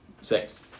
Six